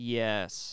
yes